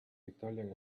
italian